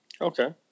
Okay